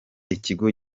ikigo